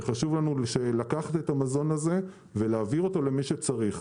וחשוב לנו לקחת את המזון הזה ולהעביר אותו למי שצריך.